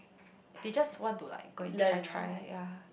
they just want to like go and try try ya